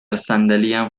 صندلیم